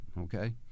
okay